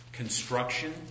construction